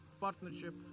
partnership